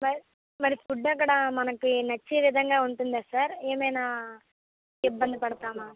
మర్ మరి ఫుడ్ అక్కడ మనకి నచ్చే విధంగా ఉంటుందా సార్ ఏమైనా ఇబ్బంది పడతామా